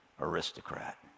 aristocrat